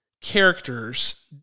characters